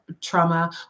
trauma